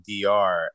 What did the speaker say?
DR